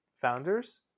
founders